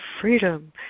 freedom